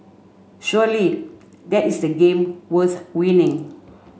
surely that is the game worth winning